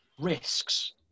risks